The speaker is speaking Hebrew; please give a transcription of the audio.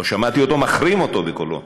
לא שמעתי אותו מחרים אותו בקולו.